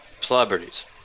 celebrities